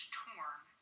torn